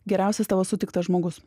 geriausias tavo sutiktas žmogus